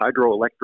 hydroelectric